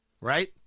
Right